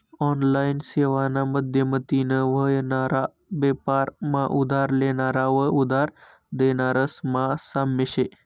online सेवाना माध्यमतीन व्हनारा बेपार मा उधार लेनारा व उधार देनारास मा साम्य शे